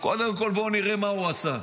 קודם כול, בואו נראה מה הוא עשה.